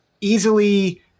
easily